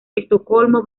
estocolmo